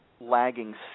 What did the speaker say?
lagging